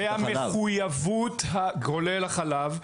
כולל החלב,